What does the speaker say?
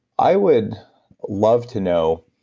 i would love to know,